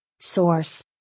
Source